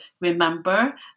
remember